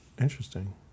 Interesting